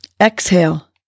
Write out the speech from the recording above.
Exhale